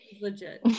legit